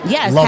Yes